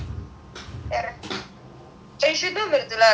eh should know milsilra right she ia like everywhere